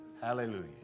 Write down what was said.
hallelujah